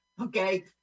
Okay